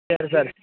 சரி சார்